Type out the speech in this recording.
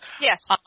Yes